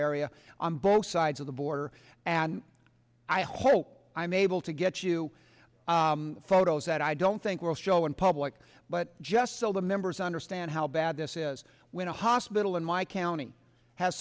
area on both sides of the border and i hope i'm able to get you photos that i don't think will show in public but just so the members understand how bad this is when a hospital in my county has